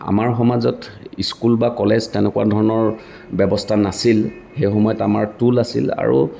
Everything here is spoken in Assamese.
আমাৰ সমাজত স্কুল বা কলেজ তেনেকুৱা ধৰণৰ ব্যৱস্থা নাছিল সেই সময়ত আমাৰ টোল আছিল আৰু